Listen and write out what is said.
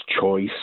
Choice